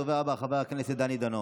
הדובר הבא, חבר הכנסת דני דנון,